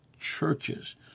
churches